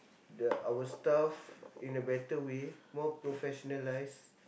the our stuff in a better way more professionalised